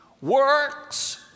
Works